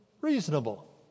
reasonable